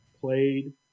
played